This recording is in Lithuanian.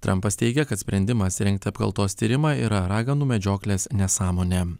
trampas teigia kad sprendimas rengti apkaltos tyrimą yra raganų medžioklės nesąmonė